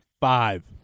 five